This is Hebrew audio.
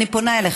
אני פונה אליך.